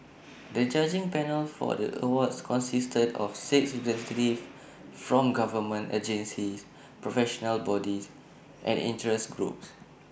the judging panel for the awards consisted of six from government agencies professional bodies and interest groups